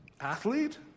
athlete